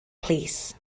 plîs